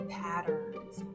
patterns